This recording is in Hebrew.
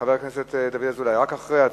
חבר הכנסת דוד אזולאי, רק אחרי ההצבעה.